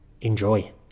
enjoy